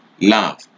Love